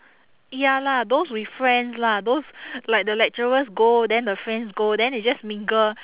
ya lah those with friends lah those like the lecturers go then the friends go then they just mingle